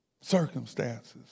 Circumstances